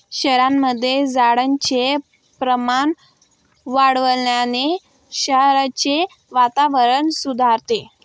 शहरांमध्ये झाडांचे प्रमाण वाढवल्याने शहराचे वातावरण सुधारते